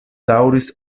daŭris